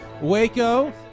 Waco